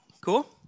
Cool